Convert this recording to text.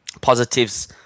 Positives